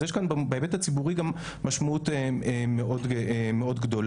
אז יש כאן בהיבט הציבורי גם משמעות מאוד גדולה.